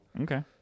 Okay